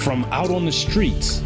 from out on the streets